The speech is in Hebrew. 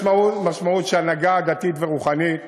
יש משמעות שהנהגה דתית ורוחנית,